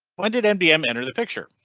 when did m b m enter the picture?